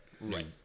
right